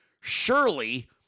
surely